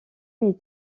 est